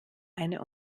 eine